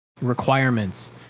requirements